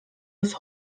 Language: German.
des